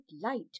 light